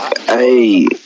Hey